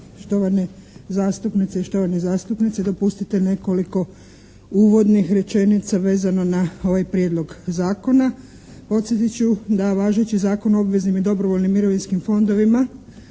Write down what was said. štovane zastupnice i štovani zastupnici. Dopustite nekoliko uvodnih rečenica vezano na ovaj Prijedlog zakona. Podsjetit ću da važeći Zakon o obveznim i dobrovoljnim mirovinskim fondovima